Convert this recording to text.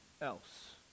else